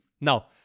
Now